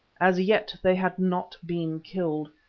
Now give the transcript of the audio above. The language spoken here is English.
as yet they had not been killed,